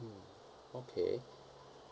mm okay